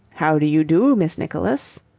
how do you do, miss nicholas?